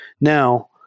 Now